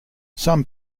some